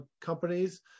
companies